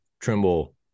Trimble